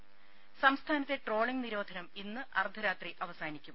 ത സംസ്ഥാനത്തെ ട്രോളിംഗ് നിരോധനം ഇന്ന് അർദ്ധരാത്രി അവസാനിക്കും